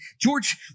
George